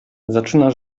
zaczyna